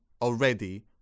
already